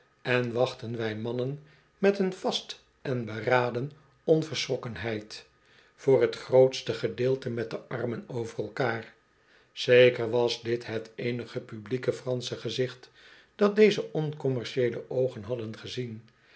en wachtten wij mannen met een vast en beraden onverschrokkenheid voor t grootste gedeelte met de armen over elkaar zeker was dit het eenige publieke fransche gezicht dat deze oncommercieele oogen hadden gezien